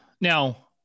now